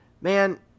man